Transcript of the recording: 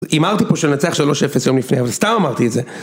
הימרתי פה שננצח 3-0 יום לפני, אבל סתם אמרתי את זה.